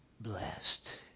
blessed